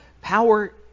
power